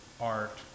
art